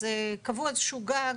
אז קבעו איזה שהוא גג